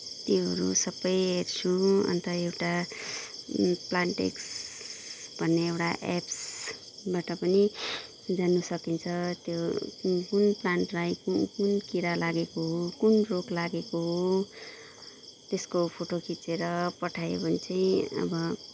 त्योहरू सबै हेर्छु अन्त एउटा प्लान्टिक्स भन्ने एउटा एप्सबाट पनि जान्न सकिन्छ त्यो कुन कुन प्लान्टलाई कुन कुन किरा लागेको हो कुन रोग लागेको हो त्यसको फोटो खिचेर पठायो भने चाहिँ अब